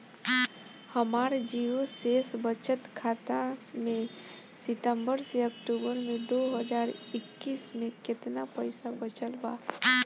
हमार जीरो शेष बचत खाता में सितंबर से अक्तूबर में दो हज़ार इक्कीस में केतना पइसा बचल बा?